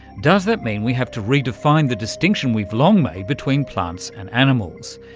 does that mean we have to redefine the distinction we've long made between plants and animals?